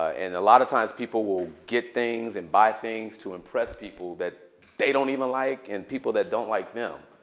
and a lot of times, people will get things and buy things to impress people that they don't even like and people that don't like them.